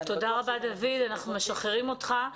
תודה רבה דוד, אנחנו משחררים אותך.